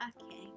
okay